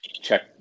check